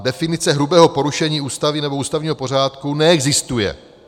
Definice hrubého porušení Ústavy nebo ústavního pořádku neexistuje.